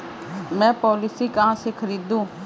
मैं पॉलिसी कहाँ से खरीदूं?